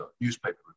newspaper